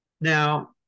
Now